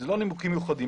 לא נימוקים מיוחדים.